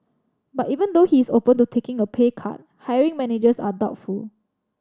but even though he is open to taking a pay cut hiring managers are doubtful